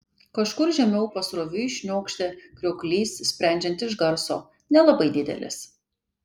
kažkur žemiau pasroviui šniokštė krioklys sprendžiant iš garso nelabai didelis